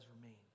remain